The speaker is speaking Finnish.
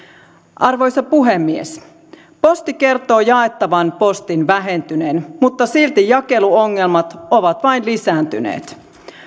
arvoisa puhemies posti kertoo jaettavan postin vähentyneen mutta silti jakeluongelmat ovat vain lisääntyneet